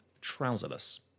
trouserless